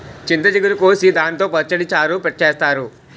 చింత చిగురు కోసి దాంతో పచ్చడి, చారు చేత్తారు